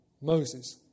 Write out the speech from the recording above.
Moses